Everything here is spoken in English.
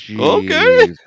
okay